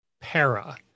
Para